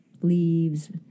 leaves